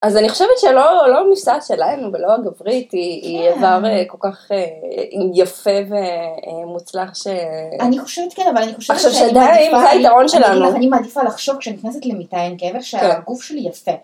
אז אני חושבת שלא המסע שלהם, אבל לא הגברית, היא איבר כל כך יפה ומוצלח ש... אני חושבת כן, אבל אני חושבת שאני מעדיפה לחשוב כשנכנסת למיטה עם גבר שהגוף שלי יפה.